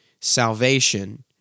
salvation